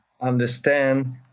understand